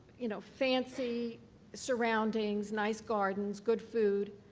you know, fancy surroundings, nice gardens, good food,